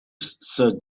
their